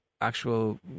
actual